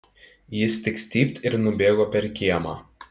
jis tik stypt ir nubėgo per kiemą